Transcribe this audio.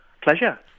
Pleasure